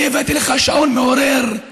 אני הבאתי לך שעון מעורר,